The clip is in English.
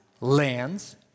lands